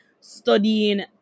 studying